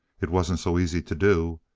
it wasn't so easy to do.